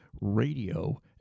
radio